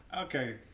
okay